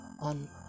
on